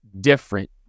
different